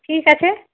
ঠিক আছে